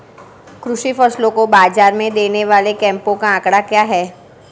कृषि फसलों को बाज़ार में देने वाले कैंपों का आंकड़ा क्या है?